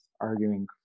arguing